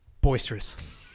Boisterous